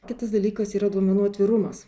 kitas dalykas yra duomenų atvirumas